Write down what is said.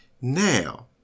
Now